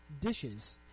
Dishes